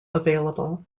available